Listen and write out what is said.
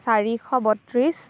চাৰিশ বত্ৰিছ